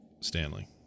Stanley